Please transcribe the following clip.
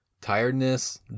Tiredness